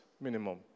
Minimum